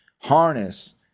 harness